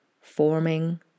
forming